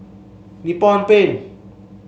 Nippon Paint